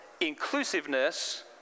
inclusiveness